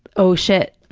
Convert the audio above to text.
oh, shit,